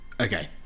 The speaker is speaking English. Okay